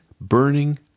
burning